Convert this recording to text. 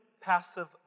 passive